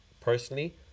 personally